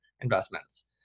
investments